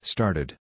Started